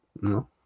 No